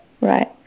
Right